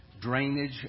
drainage